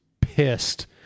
pissed